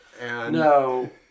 No